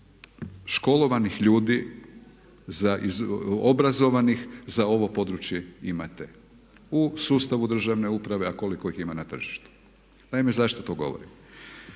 školovanih ljudi, obrazovanih za ovo područje imate u sustavu državne uprave, a koliko ih ima na tržištu. Naime zašto to govorim?